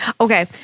okay